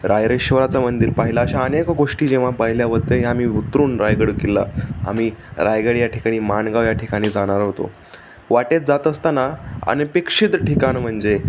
रायरेश्वराचं मंदिर पाहिला अशा अनेक गोष्टी जेव्हा पाहिल्या होतं हे आम्ही उतरून रायगड किल्ला आम्ही रायगड या ठिकाणी माणगाव या ठिकाणी जाणार होतो वाटेत जात असताना अनपेक्षित ठिकाण म्हणजे